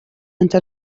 أنت